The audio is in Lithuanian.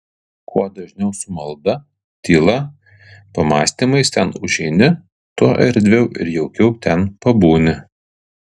kuo dažniau su malda tyla pamąstymais ten užeini tuo erdviau ir jaukiau ten pabūni